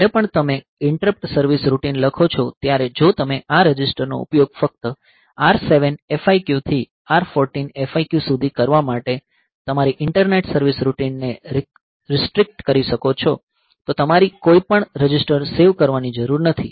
જ્યારે પણ તમે ઇન્ટરપ્ટ સર્વિસ રૂટિન લખો છો ત્યારે જો તમે આ રજિસ્ટરનો ઉપયોગ ફક્ત R7 FIQ થી R14 FIQ સુધી કરવા માટે તમારી ઇન્ટરનેટ સર્વીસ રૂટીનને રીસ્ટ્રીકટ કરી શકો છો તો તમારે કોઈપણ રજિસ્ટર સેવ કરવાની જરૂર નથી